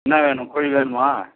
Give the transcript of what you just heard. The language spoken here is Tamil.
என்ன வேணும் கோழி வேணுமா